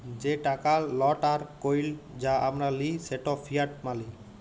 যে টাকা লট আর কইল যা আমরা লিই সেট ফিয়াট মালি